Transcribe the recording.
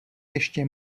ještě